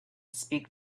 speak